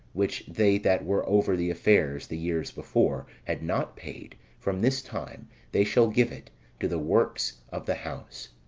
which they that were over the affairs the years before, had not paid, from this time they shall give it to the works of the house.